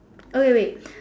oh wait wait